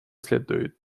следует